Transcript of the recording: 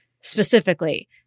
specifically